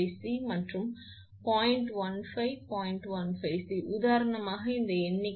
15 C உதாரணமாக இந்த எண்ணிக்கை